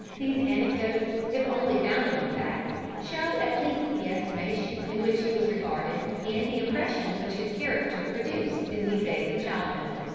these anecdotes if only founded on facts, show at least the estimation in which he was regarded, and the impression which his character produced in these days of childhood.